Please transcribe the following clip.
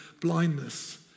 blindness